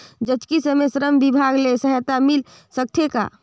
जचकी समय श्रम विभाग ले सहायता मिल सकथे का?